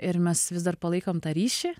ir mes vis dar palaikom tą ryšį